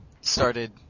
started